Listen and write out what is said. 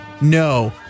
No